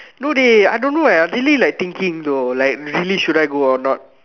no dey I don't know eh I really like thinking though like really should I go or not